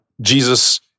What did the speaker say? Jesus